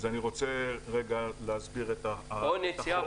אז אני רוצה להסביר את החוק